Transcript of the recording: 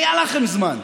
היה לכם זמן.